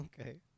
Okay